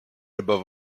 above